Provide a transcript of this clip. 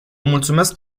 mulțumesc